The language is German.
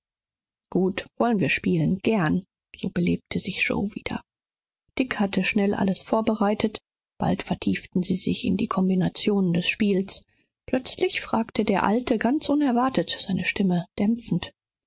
gut wollen wir spielen gern so belebte sich yoe wieder dick hatte schnell alles vorbereitet bald vertieften sie sich in die kombinationen des spiels plötzlich fragte der alte ganz unerwartet seine stimme dämpfend